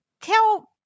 tell